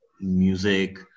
music